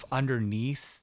underneath